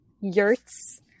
yurts